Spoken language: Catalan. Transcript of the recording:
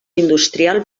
industrial